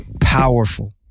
powerful